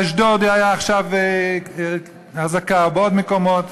באשדוד הייתה עכשיו אזעקה, ובעוד מקומות.